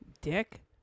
Dick